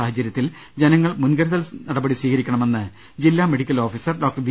സാഹചര്യത്തിൽ ജനങ്ങൾ മുൻകരുതൽ സ്വീകരിക്കണമെന്ന് ജില്ലാ മെഡിക്കൽ ട ഓഫീസർ ഡോക്ടർ വി